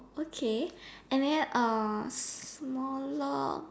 okay and then uh smaller